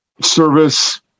service